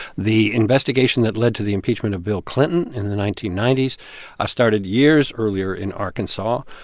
the investigation that led to the impeachment of bill clinton in the nineteen ninety s started years earlier in arkansas.